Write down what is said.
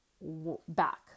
back